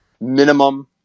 Minimum